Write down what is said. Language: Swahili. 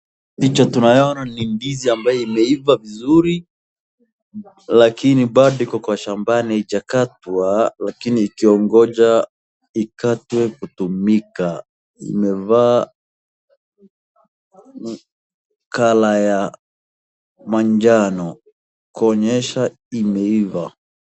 Picha tunayoona ni ndizi ambayo imeiva vizuri lakini bado iko kwa shambani hijatakatwa, lakini ikiongoja ikatwe kutumikia. Imevaa color ya manjano kuonyesha imeiva.